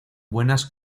buenas